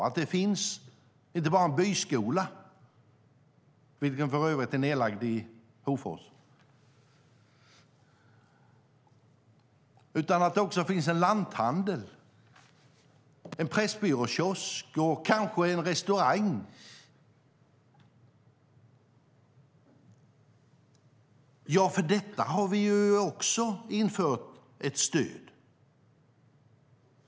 Det handlar inte bara om att det finns en byskola, vilken för övrigt är nedlagd i Hofors, utan också om att det finns en lanthandel, en pressbyråkiosk och kanske en restaurang. För detta har vi också infört ett stöd.